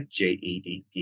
JEDP